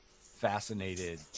fascinated